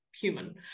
human